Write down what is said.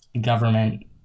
government